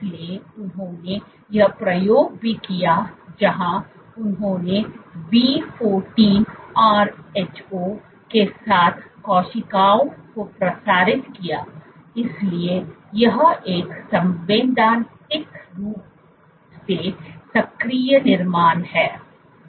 इसलिए उन्होंने यह प्रयोग भी किया जहां उन्होंने V14 Rho के साथ कोशिकाओं को प्रसारित किया इसलिए यह एक संवैधानिक रूप से सक्रिय निर्माण है